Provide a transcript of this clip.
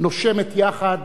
נושמת יחד